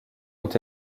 ont